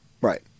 Right